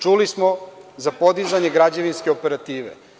Čuli smo, za podizanje građevinske operative.